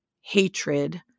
hatred